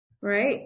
right